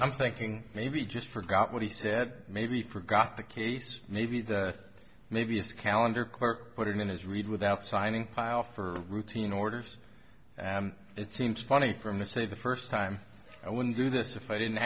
i'm thinking maybe just forgot what he said maybe forgot the case maybe that maybe a calendar clerk put it in his read without signing off for routine orders it seems funny from the say the first time i wouldn't do this if i didn't